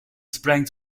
sprang